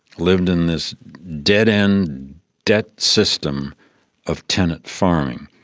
lived in this dead-end debt system of tenant farming.